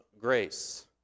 grace